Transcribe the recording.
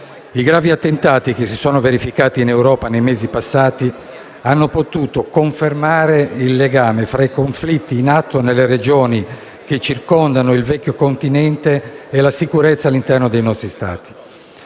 I gravi attentati che si sono verificati in Europa nei mesi passati hanno potuto confermare il legame tra i conflitti in atto nelle regioni che circondano il Vecchio continente e la sicurezza all'interno dei nostri Stati.